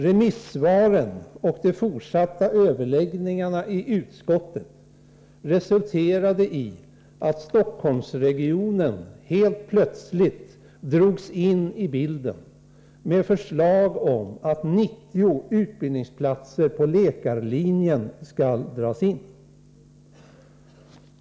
Remissvaren och de fortsatta överläggningarna i utskottet resulterade i att Stockholmsregionen helt plötsligt fördes in i bilden, med förslag om att 90 utbildningsplatser på läkarlinjen skall dras in.